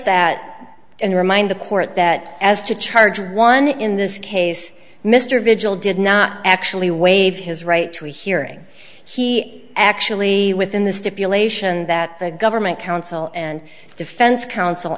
that and remind the court that as to charge one in this case mr vigil did not actually waive his right to a hearing he actually within the stipulation that the government counsel and defense counsel